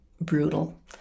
brutal